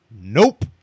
Nope